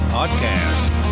Podcast